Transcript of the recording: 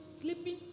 sleeping